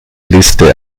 liste